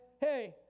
Hey